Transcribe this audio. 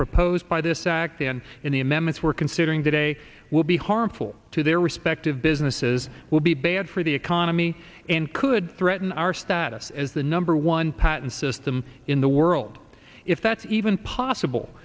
proposed by this act and in the amendments were considering that a will be harmful to their respective businesses will be bad for the economy and could threaten our status as the number one patent system in the world if that's even possible